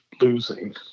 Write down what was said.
losing